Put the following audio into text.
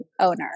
owner